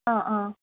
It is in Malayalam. ആ ആ